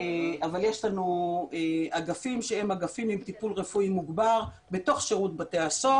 אבל יש לנו אגפים שהם אגפים עם טיפול רפואי מוגבר בתוך שירות בתי הסוהר